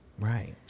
Right